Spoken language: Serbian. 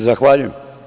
Zahvaljujem.